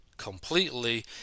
completely